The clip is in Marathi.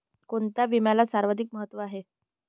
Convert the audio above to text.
कोणता विम्याला सर्वाधिक महत्व आहे?